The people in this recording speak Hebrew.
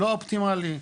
לא אופטימלי,